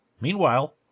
Meanwhile